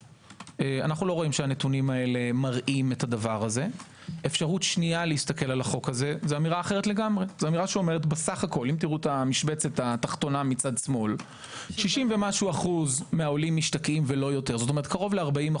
ועד 2017. נקודה